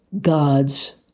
God's